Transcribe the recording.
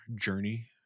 journey